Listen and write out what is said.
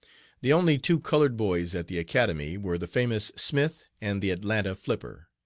the only two colored boys at the academy were the famous smith and the atlanta flipper.